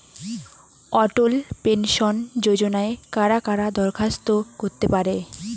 অটল pension যোজনায় কারা কারা দরখাস্ত করতে পারে?